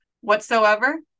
whatsoever